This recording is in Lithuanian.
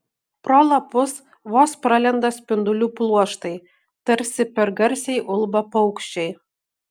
pro lapus vos pralenda spindulių pluoštai tarsi per garsiai ulba paukščiai